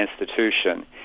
institution